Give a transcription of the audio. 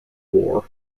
war